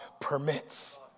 permits